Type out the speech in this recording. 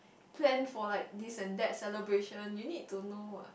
plan for like this and that celebration you need to know what